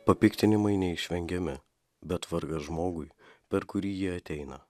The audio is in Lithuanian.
papiktinimai neišvengiami bet vargas žmogui per kurį jie ateina